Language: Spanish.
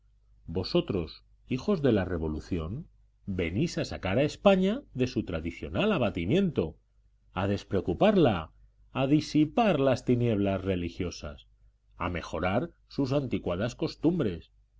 vosotros hijos de la revolución venís a sacar a españa de su tradicional abatimiento a despreocuparla a disipar las tinieblas religiosas a mejorar sus anticuadas costumbres